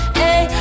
hey